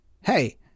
Hey